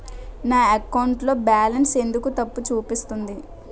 నా అకౌంట్ లో బాలన్స్ ఎందుకు తప్పు చూపిస్తుంది?